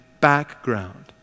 background